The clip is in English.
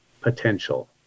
potential